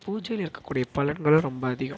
பூஜையில் இருக்கக்கூடிய பலன்களும் ரொம்ப அதிகம்